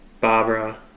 Barbara